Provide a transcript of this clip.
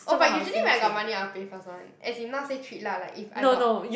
oh but usually when I got money I will pay first one as in not say treat lah like if I got